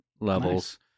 levels